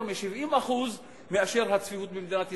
יותר ב-70% מהצפיפות במדינת ישראל.